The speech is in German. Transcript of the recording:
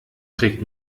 trägt